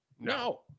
No